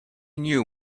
knew